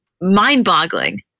mind-boggling